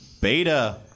Beta